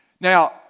Now